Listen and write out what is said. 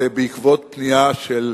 זה בעקבות פנייה של,